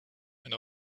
and